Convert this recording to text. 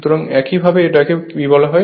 সুতরাং একইভাবে এটাকে কি বলা হয়